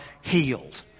healed